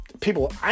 people